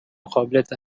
قابلیت